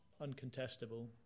uncontestable